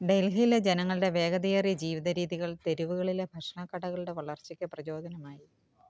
ഡൽഹിയിലെ ജനങ്ങളുടെ വേഗതയേറിയ ജീവിത രീതികൾ തെരുവുകളിലെ ഭക്ഷണക്കടകളുടെ വളർച്ചയ്ക്ക് പ്രചോദനമായി